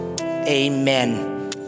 amen